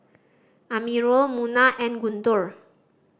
Amirul Munah and Guntur